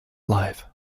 live